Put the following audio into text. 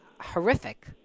horrific